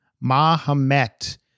Mahomet